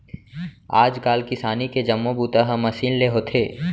आज काल किसानी के जम्मो बूता ह मसीन ले होथे